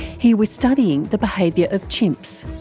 he was studying the behaviour of chimps.